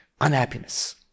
unhappiness